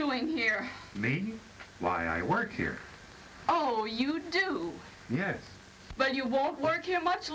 doing here me why i work here oh you do yes but you won't work here much